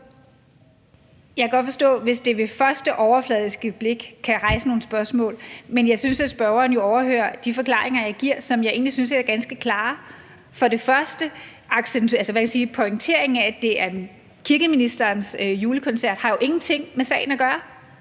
Jeg kan godt forstå, hvis det ved første overfladiske blik kan rejse nogle spørgsmål, men jeg synes jo, at spørgeren overhører de forklaringer, jeg giver, og som jeg egentlig synes er ganske klare. Pointeringen af, at det er kirkeministerens julekoncert, har jo ingenting med sagen at gøre.